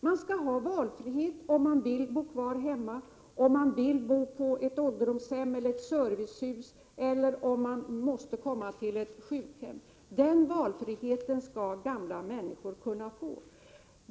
Man skall ha rätt att välja om man vill bo kvar hemma, om man vill bo på ett ålderdomshem eller ett servicehus eller om man vill komma till ett sjukhem. Den valfriheten skall gamla människor kunna få.